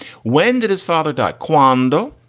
when did his father died. quando.